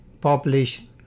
population